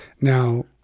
Now